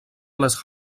les